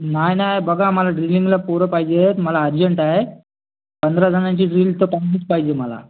नाही नाही बघा मला ड्रिलिंगला पोरं पाहिजे आहेत मला अर्जेंट आहे पंधरा जणांची ड्रिल तर केलीच पाहिजे मला